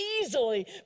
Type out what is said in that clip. easily